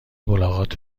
ملاقات